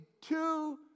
two